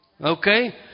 Okay